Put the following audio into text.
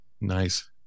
Nice